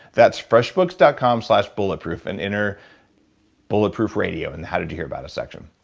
that's freshbooks dot com slash bulletproof and enter bulletproof radio in the how did you hear about us section.